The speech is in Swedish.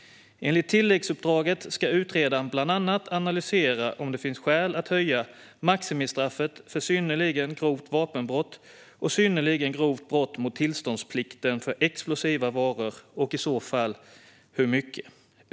Enligt tilläggsuppdraget ska utredaren bland annat analysera om det finns skäl att höja maximistraffet för synnerligen grovt vapenbrott och synnerligen grovt brott mot tillståndsplikten för explosiva varor och i så fall hur mycket.